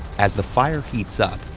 as the fire heats up,